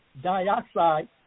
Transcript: dioxide